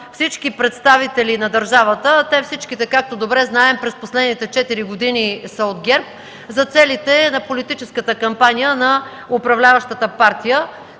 всички представители на държавата, а те, всичките, както добре знаем през последните четири години са от ГЕРБ, за целите на политическата кампания на управляващата партия.